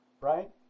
Right